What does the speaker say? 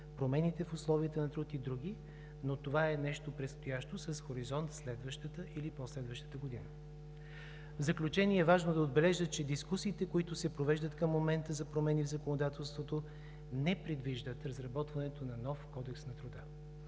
промените в условията на труд и други, но това е нещо предстоящо, с хоризонт през следващата или по-следващата година. В заключение е важно да отбележа, че дискусиите, които се провеждат към момента за промени в законодателството, не предвиждат разработването на нов Кодекс на труда.